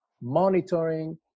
monitoring